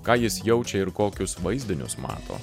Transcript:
ką jis jaučia ir kokius vaizdinius mato